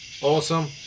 Awesome